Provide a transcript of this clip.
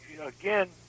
again